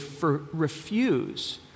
refuse